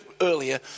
earlier